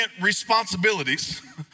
responsibilities